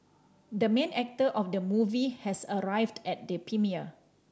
the main actor of the movie has arrived at the premiere